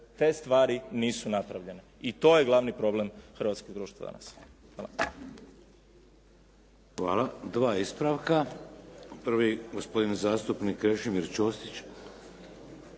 Te stvari nisu napravljene i to je glavni problem hrvatskog društva danas. Hvala.